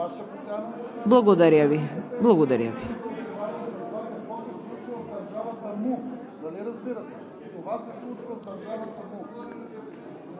благодаря Ви.